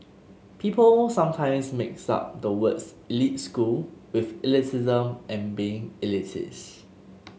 people sometimes mix up the words elite school with elitism and being elitist